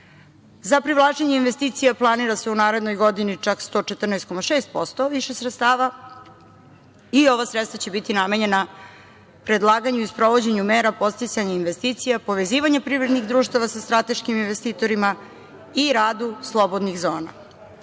privlačenje investicija planira se u narednoj godini čak 114,6% više sredstava i ova sredstva će biti namenjena predlaganju i sprovođenju mera, podsticanju investicija, povezivanju privrednih društava sa strateškim investitorima i radu slobodnih zona. Ovde